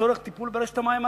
לצורך טיפול ברשת המים הארצית.